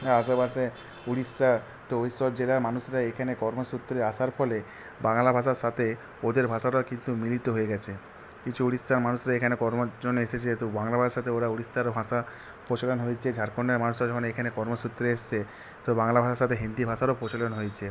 আসেপাসে উড়িষ্যা তো ওইসব জেলার মানুষরা এখানে কর্মসূত্রে আসার ফলে বাংলা ভাষার সাথে ওদের ভাষাটাও কিন্তু মিলিত হয়ে গেছে কিছু উড়িষ্যার মানুষরা এখানে কর্মের জন্য এসেছে তো বাংলা ভাষাতে ওরা উড়িষ্যার ভাষা প্রচলন হয়েছে ঝাড়খন্ডের মানুষরা যেমন এখানে কর্মসূত্রে এসছে তো বাংলা ভাষার সাথে হিন্দি ভাষারও প্রচলন হয়েছে